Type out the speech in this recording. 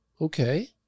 okay